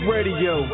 Radio